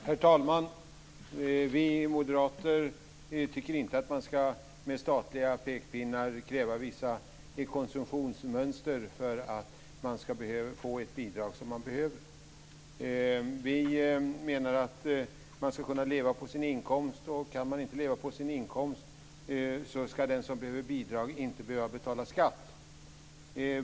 Herr talman! Vi moderater tycker inte att man med statliga pekpinnar ska kräva vissa konsumtionsmönster för att man ska få ett bidrag som man behöver. Vi menar att man ska kunna leva på sin inkomst, och kan man inte leva på sin inkomst så ska den som behöver bidrag inte behöva betala skatt.